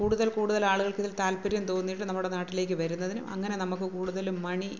കൂടുതൽ കൂടുതൽ ആളുകൾക്ക് ഇതിൽ താൽപ്പര്യം തോന്നിയിട്ട് നമ്മുടെ നാട്ടിലേക്ക് വരുന്നതിനും അങ്ങനെ നമുക്ക് കൂടുതല് മണി